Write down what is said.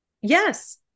Yes